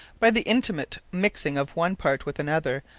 by the intimate mixing of one part with another,